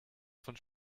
von